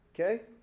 Okay